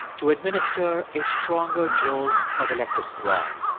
to administer a stronger jolt of electricity wrong.